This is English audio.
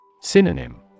Synonym